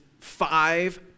five